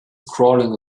crawling